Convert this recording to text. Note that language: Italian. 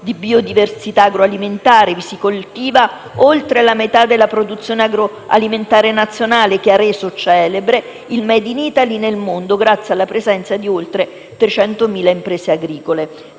di biodiversità agroalimentare. Vi si coltiva oltre la metà della produzione agroalimentare nazionale che ha reso celebre il *made in Italy* nel mondo, grazie alla presenza di oltre 300.000 imprese agricole.